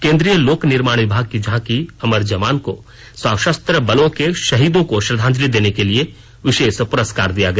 केंद्रीय लोक निर्माण विभाग की झांकी अमर जवान को सशस्त्र बलों के शहीदों को श्रद्धांजलि देने के लिए विशेष प्रस्कार दिया गया